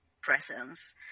presence